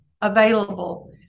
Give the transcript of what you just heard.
available